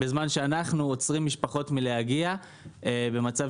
בזמן שאנחנו עוצרים משפחות מלהגיע במצב